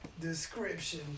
description